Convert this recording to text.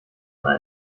man